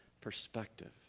perspective